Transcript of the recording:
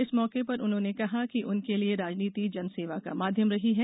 इस मौके पर उन्होंने कहा कि उनके लिए राजनीति जनसेवा का माध्यम रही है